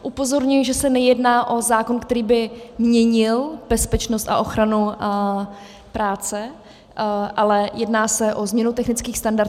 Upozorňuji, že se nejedná o zákon, který by měnil bezpečnost a ochranu práce, ale jedná se o změnu technických standardů.